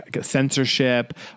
censorship